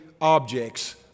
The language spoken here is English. objects